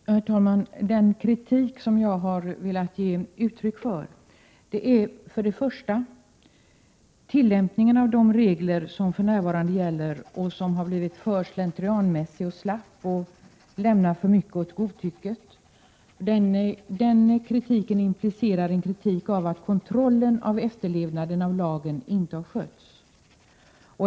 Herr talman! Den kritik jag har velat ge uttryck för avser tillämpningen av de regler som för närvarande gäller och som har blivit alltför slentrianmässiga, slappa och lämnar för mycket åt godtycket. Den kritiken implicerar min kritik av att kontrollen av efterlevnaden av lagen inte har skötts.